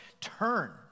turn